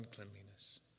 uncleanliness